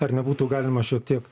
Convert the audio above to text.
ar nebūtų galima šiek tiek